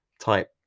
type